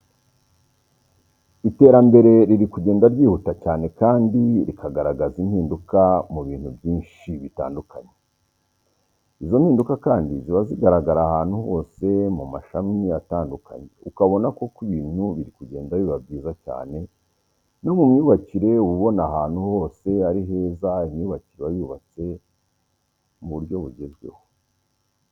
Iterambere riri kugenda ryihuta cyane kandi rikagaragaza impinduka mu bintu byinshi bitandukanye, izo mpinduka kandi ziba zigaragara ahantu hose mu mashami atandukanye ukabona koko ibintu biri kugenda biba byiza cyane, no mu myubakire uba ubona ahantu hose ari heza imyubakire iba yubatse mu buryo bugezweho.